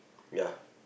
ya